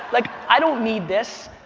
like i don't need this.